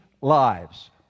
lives